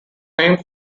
named